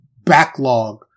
backlog